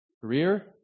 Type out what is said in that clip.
career